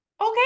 Okay